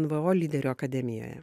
nvo lyderių akademijoje